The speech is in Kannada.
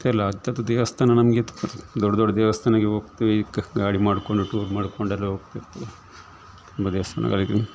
ಎಲ್ಲ ಹತ್ರತ್ರ ದೇವಸ್ಥಾನ ನಮಗೆ ದೊಡ್ಡ ದೊಡ್ಡ ದೇವಸ್ಥಾನಕೆ ಹೋಗ್ತಿವಿ ಗಾಡಿ ಮಾಡಿಕೊಂಡು ಟೂರ್ ಮಾಡಿಕೊಂಡೆಲ್ಲ ಹೋಗ್ತಿರ್ತಿವಿ ತುಂಬ ದೇವಸ್ಥಾನಗಳಿಗೆನೇ